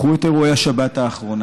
קחו את אירועי השבת האחרונה: